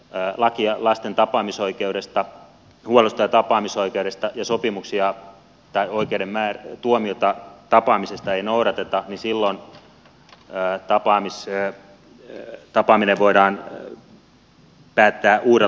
jos lakia lapsen huollosta ja tapaamisoikeudesta ja oikeuden päätöstä tapaamisesta ei noudateta niin silloin tapaaminen voidaan päättää uudella tavalla